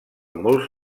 molts